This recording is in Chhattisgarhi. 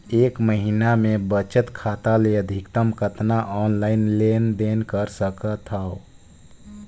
एक महीना मे बचत खाता ले अधिकतम कतना ऑनलाइन लेन देन कर सकत हव?